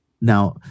Now